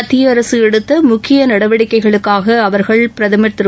மத்திய அரசு எடுத்த முக்கிய நடவடிக்கைகளுக்காக அவா்கள் பிரதமா் திரு